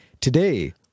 Today